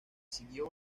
siguió